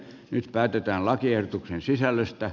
nyt päätetään lakiehdotuksen sisällöstä